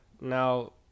Now